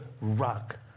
rock